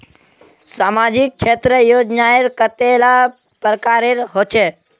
सामाजिक क्षेत्र योजनाएँ कतेला प्रकारेर होचे?